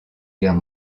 guerre